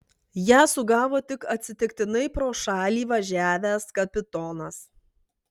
ją sugavo tik atsitiktinai pro šalį važiavęs kapitonas